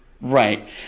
Right